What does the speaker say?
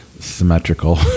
Symmetrical